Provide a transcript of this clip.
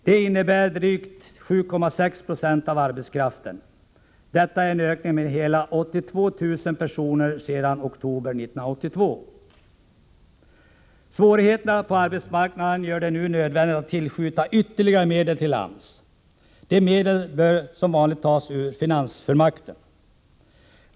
Det innebär drygt 7,6 Zo av arbetskraften. Det är således en ökning med så mycket som 82 000 personer sedan oktober 1982. Svårigheterna på arbetsmarknaden gör det nödvändigt att tillskjuta ytterligare medel till AMS. De medlen bör som vanligt tas via finansfullmakten.